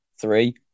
three